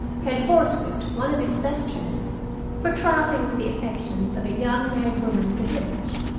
had horsewhipped one of his vestrymen for trifling with the affections of a young married woman in the village!